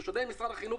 בשונה ממשרד החינוך,